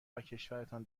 وکشورتان